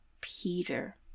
Peter